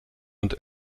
und